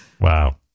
Wow